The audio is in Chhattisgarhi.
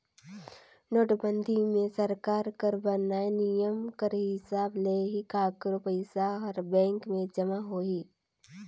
नोटबंदी मे सरकार कर बनाय नियम कर हिसाब ले ही काकरो पइसा हर बेंक में जमा होही